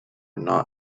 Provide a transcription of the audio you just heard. not